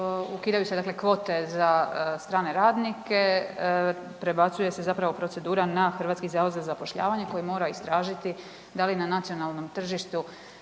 ukidaju se dakle kvote za strane radnike. Prebacuje se zapravo procedura na Hrvatski zavod za zapošljavanje koji mora istražiti da li na nacionalnom tržištu